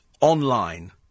online